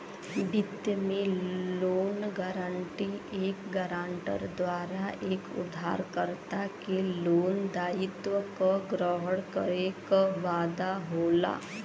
वित्त में loan guarantee एक गारंटर द्वारा एक उधारकर्ता के लोन दायित्व क ग्रहण करे क वादा होला